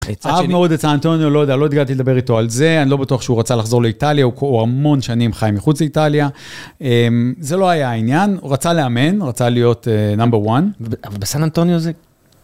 אהב מאוד את סן-אנטוניו, לא יודע, לא הגעתי לדבר איתו על זה, אני לא בטוח שהוא רצה לחזור לאיטליה, הוא המון שנים חי מחוץ לאיטליה. זה לא היה העניין, הוא רצה לאמן, רצה להיות נאמבר וואן. אבל בסו-אנטוניו זה...